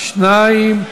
2),